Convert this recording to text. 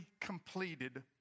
completed